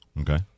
Okay